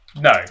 No